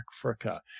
Africa